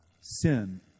sin